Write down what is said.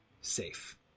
safe